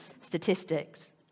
statistics